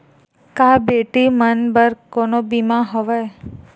का बेटी मन बर कोनो बीमा हवय?